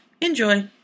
Enjoy